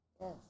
Yes